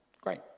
Great